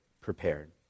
prepared